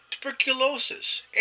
Tuberculosis